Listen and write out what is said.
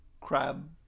crab